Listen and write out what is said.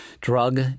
drug